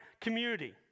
community